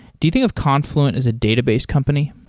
do you think of confluent as a database company?